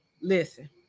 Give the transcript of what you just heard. listen